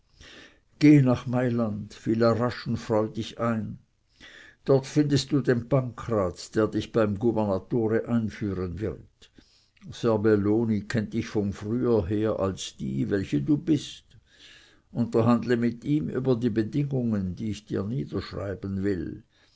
gehe nach mailand fiel er rasch und freudig ein dort findest du den pancraz der dich beim gubernatore einführen wird serbelloni kennt dich von früher her als die welche du bist unterhandle mit ihm über die bedingungen die ich dir niederschreiben will